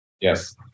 Yes